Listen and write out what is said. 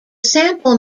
sample